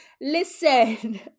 Listen